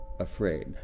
afraid